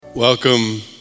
Welcome